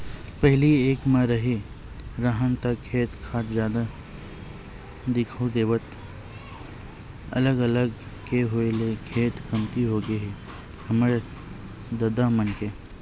पहिली एक म रेहे राहन ता खेत खार जादा दिखउल देवय अलग अलग के होय ले खेत कमती होगे हे हमर ददा मन के